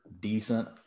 decent